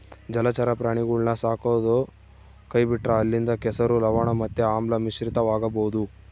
ಜಲಚರ ಪ್ರಾಣಿಗುಳ್ನ ಸಾಕದೊ ಕೈಬಿಟ್ರ ಅಲ್ಲಿಂದ ಕೆಸರು, ಲವಣ ಮತ್ತೆ ಆಮ್ಲ ಮಿಶ್ರಿತವಾಗಬೊದು